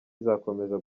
izakomeza